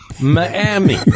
miami